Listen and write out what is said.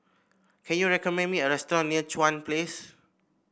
can you recommend me a restaurant near Chuan Place